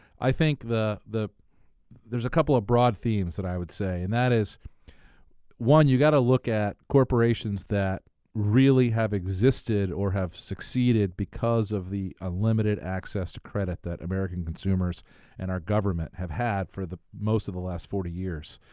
i think the the there's a couple of broad themes that i would say. and that is one, you've got to look at corporations that really have existed or have succeeded, because of the unlimited access to credit that american consumers and our government have had for the most of the last forty years.